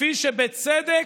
כפי שבצדק,